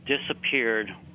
disappeared